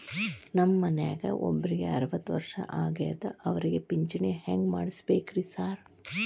ನಮ್ ಮನ್ಯಾಗ ಒಬ್ರಿಗೆ ಅರವತ್ತ ವರ್ಷ ಆಗ್ಯಾದ ಅವ್ರಿಗೆ ಪಿಂಚಿಣಿ ಹೆಂಗ್ ಮಾಡ್ಸಬೇಕ್ರಿ ಸಾರ್?